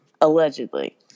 Allegedly